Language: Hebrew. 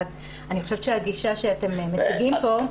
רק אני חושבת שהגישה שאתם מציגים פה היא